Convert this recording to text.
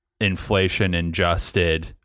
inflation-adjusted